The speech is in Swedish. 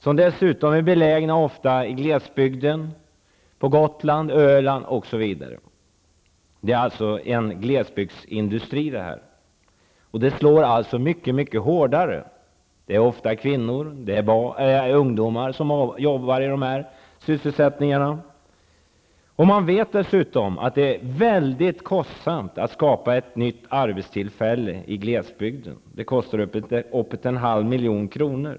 Turistnäringen är ofta förlagd till glesbygd, på Gotland, Öland, osv. Det är alltså fråga om en glesbygdsindustri, och svårigheter inom näringen slår därför mycket hårdare. Det är ofta kvinnor och ungdomar som jobbar inom dessa sysselsättningar. Man vet dessutom att det är mycket kostsamt att skapa ett nytt arbetstillfälle i glesbygden; det kostar uppåt 0,5 milj.kr.